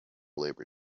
labor